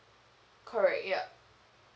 correct yup